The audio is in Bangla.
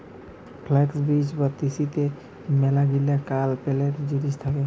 ফ্লাক্স বীজ বা তিসিতে মেলাগিলা কান পেলেন জিনিস থাকে